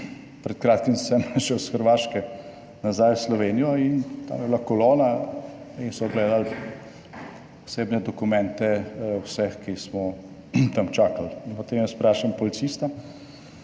Pred kratkim sem šel s Hrvaške nazaj v Slovenijo in tam je bila kolona in so gledali osebne dokumente vseh, ki smo tam čakali. In potem jaz vprašam policista,